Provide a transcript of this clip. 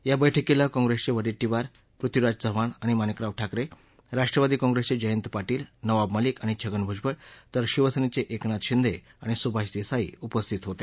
या बैठकीला काँग्रेसचे वडेट्टीवार पृथ्वीराज चव्हाण आणि मणिकराव ठाकरे राष्ट्रवादी काँग्रेसचे जयंत पाटील नवाब मलिक आणि छगन भुजबळ तर शिवसेनेचे एकनाथ शिंदे आणि सुभाष देसाई उपस्थित होते